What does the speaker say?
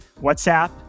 WhatsApp